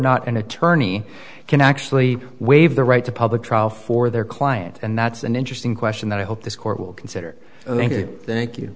not an attorney can actually waive the right to public trial for their client and that's an interesting question that i hope this court will consider i mean you think you